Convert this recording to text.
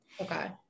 okay